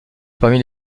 parmi